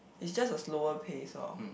is just a slower pace orh